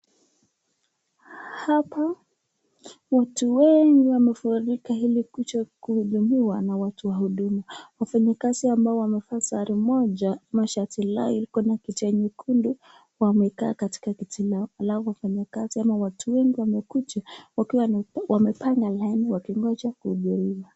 Hapa watu wengi wamefurika ilikuja kuhudumiwa na watu wa huduma. Wafanyakazi ambao wameva sare moja, mashaiti lao ilikuwa na picha nyekundu wamekaa katika kiti lao alafu wafanyi kazi ama watu wengi wamekuja wakiwa wamepanga laini wakingoja kuhudumiwa.